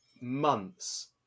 months